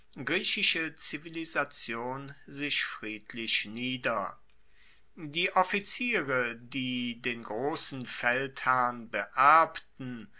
griechische zivilisation sich friedlich nieder die offiziere die den grossen feldherrn beerbten